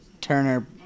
Turner